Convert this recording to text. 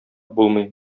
булмый